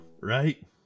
Right